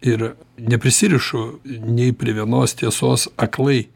ir neprisirišu nei prie vienos tiesos aklai